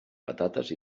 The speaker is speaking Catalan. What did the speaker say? patates